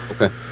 Okay